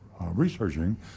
researching